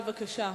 בבקשה.